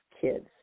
kids